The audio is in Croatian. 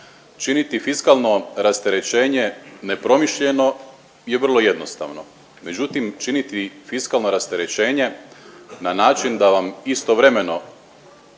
Činiti fiskalno rasterećenje nepromišljeno je vrlo jednostavno, međutim činiti fiskalno rasterećenje na način da vam istovremeno